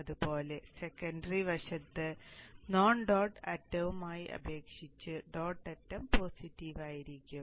അതുപോലെ സെക്കന്ററി വശത്ത് non dot അറ്റവുമായി അപേക്ഷിച്ച് ഡോട്ട് അറ്റം പോസിറ്റീവ് ആയിരിക്കും